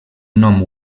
nom